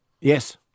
Yes